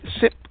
SIP